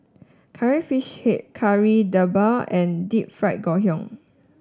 Curry Fish Head Kari Debal and Deep Fried Ngoh Hiang